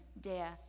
death